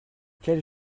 quelle